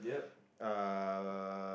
uh